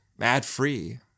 ad-free